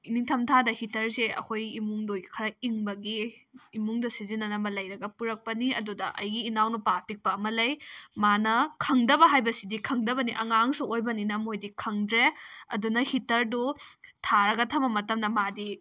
ꯅꯤꯡꯊꯝꯊꯥꯗ ꯍꯤꯇꯔꯁꯦ ꯑꯩꯈꯣꯏ ꯏꯃꯨꯡꯗꯣ ꯈꯔ ꯏꯪꯕꯒꯤ ꯏꯃꯨꯡꯗ ꯁꯤꯖꯤꯟꯅꯅꯕ ꯂꯩꯔꯒ ꯄꯨꯔꯛꯄꯅꯤ ꯑꯗꯨꯗ ꯑꯩꯒꯤ ꯏꯅꯥꯎꯅꯨꯄꯥ ꯑꯄꯤꯛꯄ ꯑꯃ ꯂꯩ ꯃꯥꯅ ꯈꯪꯗꯕ ꯍꯥꯏꯕꯁꯤꯗꯤ ꯈꯪꯗꯕꯅꯤ ꯑꯉꯥꯡꯁꯨ ꯑꯣꯏꯕꯅꯤꯅ ꯃꯣꯏꯗꯤ ꯈꯪꯗ꯭ꯔꯦ ꯑꯗꯨꯅ ꯍꯤꯇꯔꯗꯨ ꯊꯥꯔꯒ ꯊꯝꯕ ꯃꯇꯝꯗ ꯃꯥꯗꯤ